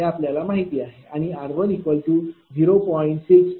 हे आपल्याला माहिती आहे आणि r1 0